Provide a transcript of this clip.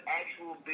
actual